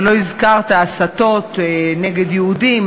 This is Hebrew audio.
אבל לא הזכרת הסתות נגד יהודים,